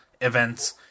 events